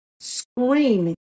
screaming